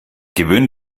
gewöhne